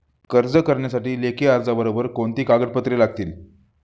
कर्ज करण्यासाठी लेखी अर्जाबरोबर कोणती कागदपत्रे लागतील?